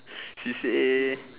C_C_A